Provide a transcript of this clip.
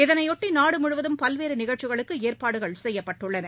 இதனையொட்டி நாடுமுழுவதும் பல்வேறுநிகழ்ச்சிகளுக்குஏற்பாடுகள் செய்யப்பட்டுள்ளன